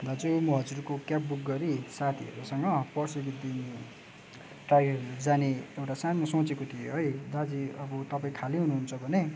दाजु म हजुरको क्याब बुक गरी साथीहरूसँग पर्सिको दिन टाइगर हिल जाने एउटा सानो सोचेको थिएँ है दाजु अब तपाईँ खाली हुनुहुन्छ भने